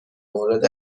مورد